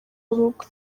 urugo